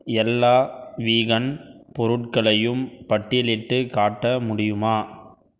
எல்லா வீகன் பொருட்களையும் பட்டியலிட்டுக் காட்ட முடியுமா